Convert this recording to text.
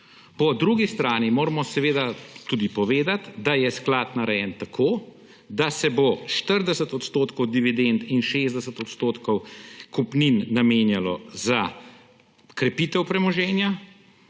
Po drugi strani moramo seveda tudi povedati, da je sklad narejen tako, da se bo 40 % dividend in 60 % kupnin namenjalo za krepitev premoženja,